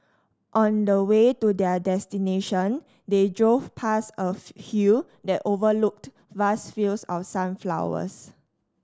on the way to their destination they drove past a hill that overlooked vast fields of sunflowers